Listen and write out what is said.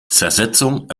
zersetzung